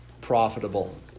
profitable